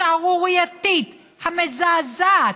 השערורייתית, המזעזעת,